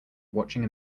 watching